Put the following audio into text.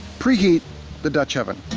preheat the dutch oven.